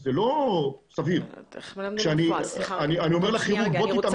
זה לא סביר שאני אומר לכירורג בוא תתאמן על אזרח.